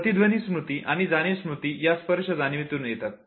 प्रतिध्वनी स्मृती आणि जाणीव स्मृती या स्पर्श जाणिवेतून येतात